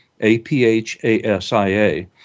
A-P-H-A-S-I-A